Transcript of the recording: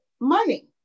money